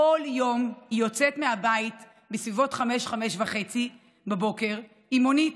כל יום היא יוצאת מהבית בסביבות 05:30 בבוקר עם מונית,